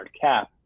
cap